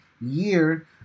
year